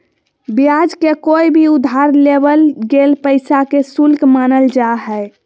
ब्याज के कोय भी उधार लेवल गेल पैसा के शुल्क मानल जा हय